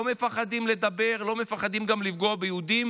לא מפחדים לדבר, לא מפחדים גם לפגוע ביהודים